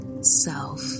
self